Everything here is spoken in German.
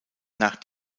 nach